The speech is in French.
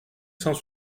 cent